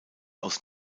aus